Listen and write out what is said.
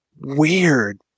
weird